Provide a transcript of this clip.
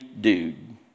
dude